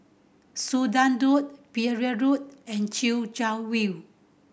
Sudan Road Pereira Road and Chwee Chian View